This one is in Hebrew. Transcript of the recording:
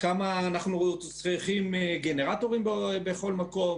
--- כמה גנרטורים אנחנו צריכים בכל מקום,